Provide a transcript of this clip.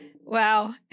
Wow